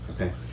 Okay